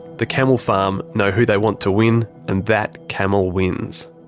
the camel farm know who they want to win, and that camel wins.